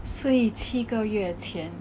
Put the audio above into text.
所以七个月前